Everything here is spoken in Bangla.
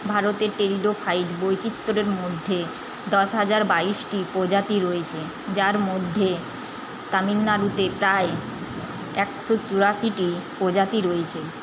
ভারতের টেরিডোফাইট বৈচিত্র্যের মধ্যে দশ হাজার বাইশটি প্রজাতি রয়েছে যার মধ্যে তামিলনাড়ুতে প্রায় একশো চুরাশিটি প্রজাতি রয়েছে